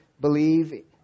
believe